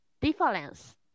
difference